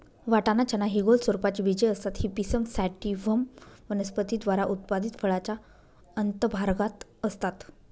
वाटाणा, चना हि गोल स्वरूपाची बीजे असतात ही पिसम सॅटिव्हम वनस्पती द्वारा उत्पादित फळाच्या अंतर्भागात असतात